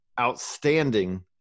outstanding